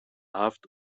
aft